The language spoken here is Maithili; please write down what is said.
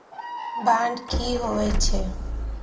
बांड की होई छै?